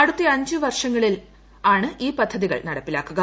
അടുത്ത അഞ്ച് വർഷങ്ങളിലാണ് ഈ പദ്ധതികൾ നടപ്പിലാക്കുക